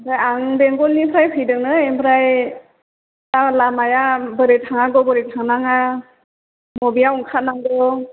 ओमफ्राय आं बेंगलनिफ्राय फैदों नै ओमफ्राय दा लामाया बोरै थांनांगौ बोरै थानाङा मबेयाव ओंखार नांगौ